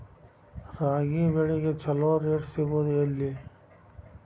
ರಾಗಿ ಬೆಳೆಗೆ ಛಲೋ ರೇಟ್ ಸಿಗುದ ಎಲ್ಲಿ?